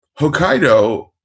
Hokkaido